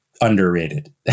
underrated